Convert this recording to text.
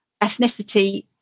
ethnicity